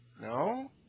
No